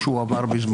וקוראים לרפורמה הזאת,